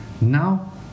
Now